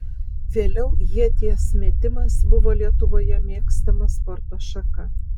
vėliau ieties metimas buvo lietuvoje mėgstama sporto šaka